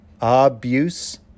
abuse